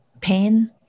pain